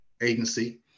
agency